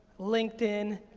linkedin,